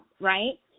right